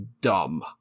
dumb